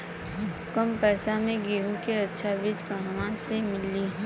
कम पैसा में गेहूं के अच्छा बिज कहवा से ली?